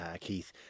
Keith